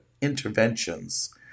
interventions